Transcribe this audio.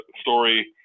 story